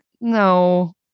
no